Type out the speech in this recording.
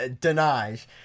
denies